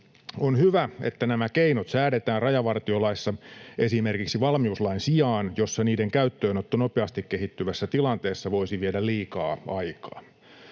On hyvä, että nämä keinot säädetään rajavar-tiolaissa esimerkiksi valmiuslain sijaan, jossa niiden käyttöönotto nopeasti kehittyvässä tilanteessa voisi viedä liikaa aikaa.